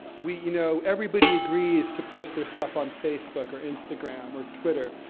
we, you know, everybody agrees to post their stuff on facebook, or instagram, or twitter.